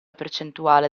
percentuale